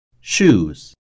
shoes